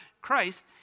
Christ